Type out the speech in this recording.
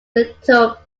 little